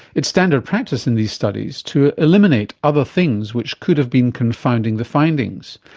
it's standard practice in these studies to eliminate other things which could have been confounding the findings.